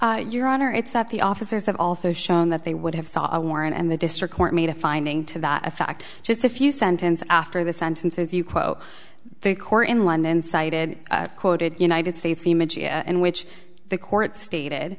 make your honor it's that the officers have also shown that they would have saw a warrant and the district court made a finding to that effect just a few sentences after the sentences you quote the court in london cited quoted united states in which the court stated